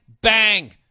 Bang